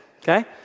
okay